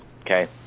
okay